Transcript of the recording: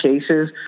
cases